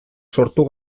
sortu